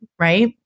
right